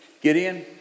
Gideon